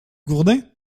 gourdin